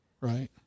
right